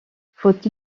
faut